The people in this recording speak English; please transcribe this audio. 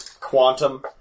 quantum